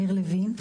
מאיר לוין,